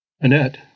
Annette